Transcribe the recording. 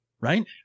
Right